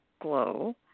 Glow